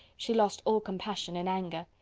she lost all compassion in anger.